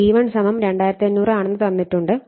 V1 2500 ആണെന്ന് തന്നിട്ടുണ്ട്